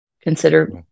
consider